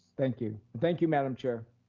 thank you. thank you, madam chair.